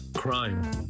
Crime